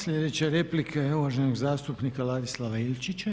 Sljedeća replika je uvaženog zastupnika Ladislava Ilčića.